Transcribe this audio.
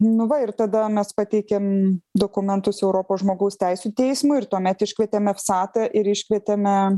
nu va ir tada mes pateikėm dokumentus europos žmogaus teisių teismui ir tuomet iškvietėme vsatą ir iškvietėme